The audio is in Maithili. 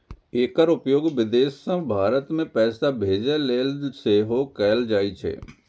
एकर उपयोग विदेश सं भारत मे पैसा भेजै लेल सेहो कैल जाइ छै